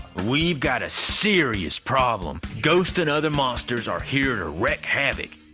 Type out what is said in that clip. we've got a serious problem. ghosts and other monsters are here to wreak havoc.